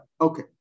Okay